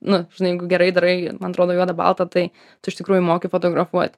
nu žinai jeigu gerai darai man atrodo juodą baltą tai tu iš tikrųjų moki fotografuot